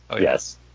Yes